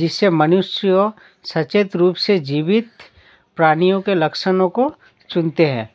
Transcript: जिससे मनुष्य सचेत रूप से जीवित प्राणियों के लक्षणों को चुनते है